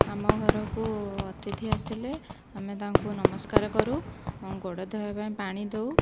ଆମ ଘରକୁ ଅତିଥି ଆସିଲେ ଆମେ ତାଙ୍କୁ ନମସ୍କାର କରୁ ଗୋଡ଼ ଧୋଇବା ପାଇଁ ପାଣି ଦେଉ